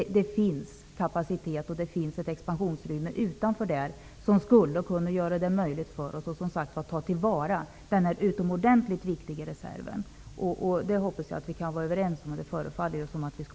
Det finns kapacitet och expansionsutrymme utanför dessa gränser, där det skulle vara möjligt att ta till vara denna utomordentligt viktiga reserv. Jag hoppas att vi kan vara överens om det. Det förefaller också så.